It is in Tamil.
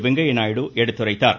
வெங்கய்ய நாயுடு எடுத்துரைத்தார்